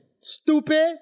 Stupid